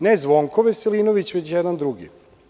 Ne Zvonko Veselinović, već jedan drugi.